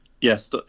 Yes